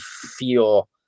feel